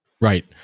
Right